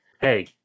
hey